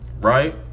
Right